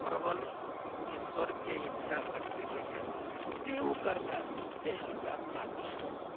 प्रबल ईश्वरके इच्छा शक्ति होइ छै जे उ करताह से हमरा मान्य हएत